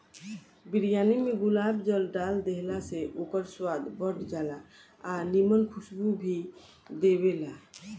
बिरयानी में गुलाब जल डाल देहला से ओकर स्वाद बढ़ जाला आ निमन खुशबू भी देबेला